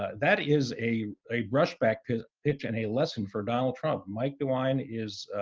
ah that is a a rush back pitch pitch and a lesson for donald trump. mike dewine is,